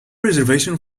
reservation